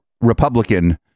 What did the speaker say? Republican